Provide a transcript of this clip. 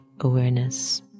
awareness